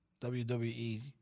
WWE